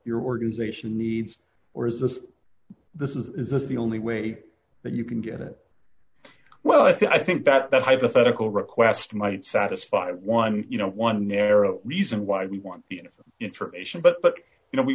your organization needs or is this this is this the only way that you can get it well i think that that hypothetical request might satisfy one you know one narrow reason why we want the information but you know we